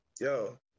yo